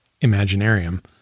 Imaginarium